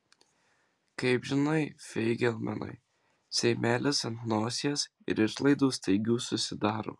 kaip žinai feigelmanai seimelis ant nosies ir išlaidų staigių susidaro